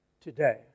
today